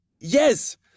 Yes